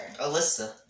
Alyssa